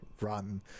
run